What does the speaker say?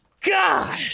God